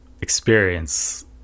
experience